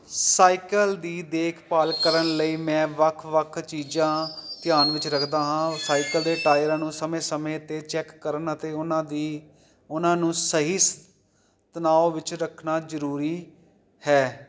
cycle ਦੀ ਦੇਖਭਾਲ ਕਰਨ ਲਈ ਮੈਂ ਵੱਖ ਵੱਖ ਚੀਜ਼ਾਂ ਧਿਆਨ ਵਿੱਚ ਰੱਖਦਾ ਹਾਂ ਸਾਈਕਲ ਦੇ ਟਾਇਰਾਂ ਨੂੰ ਸਮੇਂ ਸਮੇਂ 'ਤੇ ਚੈੱਕ ਕਰਨ ਅਤੇ ਉਹਨਾਂ ਦੀ ਉਹਨਾਂ ਨੂੰ ਸਹੀ ਤਨਾਓ ਵਿੱਚ ਰੱਖਣਾ ਜ਼ਰੂਰੀ ਹੈ